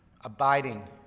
abiding